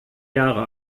jahre